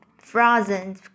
frozen